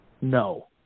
No